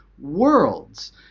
worlds